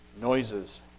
noises